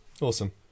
Awesome